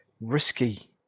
risky